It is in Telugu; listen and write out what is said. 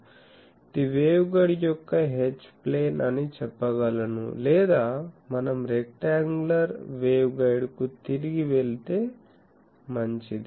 ఇది వేవ్గైడ్ యొక్క H ప్లేన్ అని చెప్పగలను లేదా మనం రెక్టాoగులార్rectangular వేవ్గైడ్కు తిరిగి వెళితే మంచిది